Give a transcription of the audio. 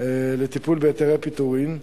לטיפול בהיתרי הפיטורין,